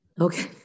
Okay